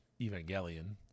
Evangelion